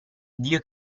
dio